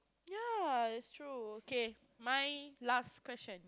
ya it's true okay my last question